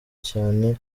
cyane